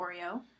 Oreo